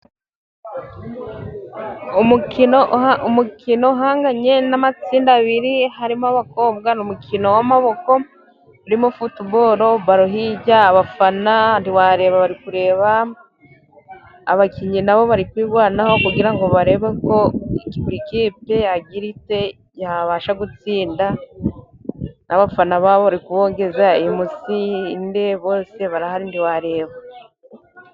Umukino, umukino uhanganye n'amatsinda abiri, harimo abakobwa, ni umukino w'amaboko urimo futuboro, baro hirya, abafana ntiwareba, bari kureba, abakinnyi nabo bari kwirwanaho kugira ngo barebe ko buri kipe yagira ite, yabasha gutsinda, n'abafana babo bari kubogeza, M.C, inde, bose barahari ntiwareba!